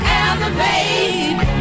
elevate